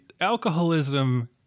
alcoholism